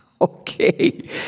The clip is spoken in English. Okay